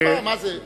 תשמעו, מה זה,